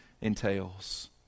entails